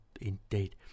indeed